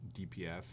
DPF